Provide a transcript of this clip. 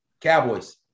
Cowboys